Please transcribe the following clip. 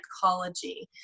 psychology